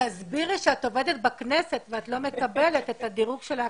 תסבירי שאת עובדת בכנסת ושאת לא מקבלת את דירוג האקדמאים.